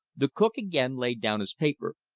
the cook again laid down his paper.